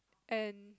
and